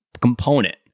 component